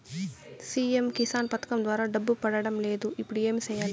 CM Kisan పథకం ద్వారా డబ్బు పడడం లేదు ఇప్పుడు ఏమి సేయాలి